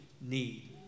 need